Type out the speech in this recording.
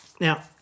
Now